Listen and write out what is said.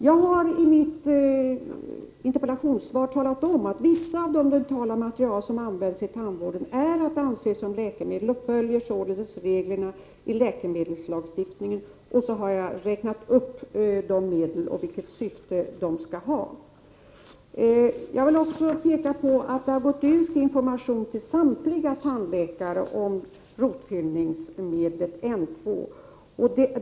Jag har i mitt interpellationssvar talat om att vissa av de dentalmaterial som används i tandvården är att anse som läkemedel och således följer reglerna i läkemedelslagstiftningen, och så har jag räknat upp dessa medel och vilka syften de skall ha. Jag vill också peka på att det har gått ut information till samtliga tandläkare om rotfyllnadsmaterialet N 2.